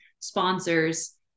sponsors